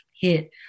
hit